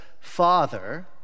Father